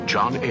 John